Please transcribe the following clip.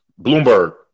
bloomberg